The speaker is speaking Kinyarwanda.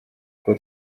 kuko